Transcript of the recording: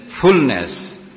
fullness